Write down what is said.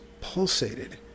pulsated